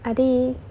adik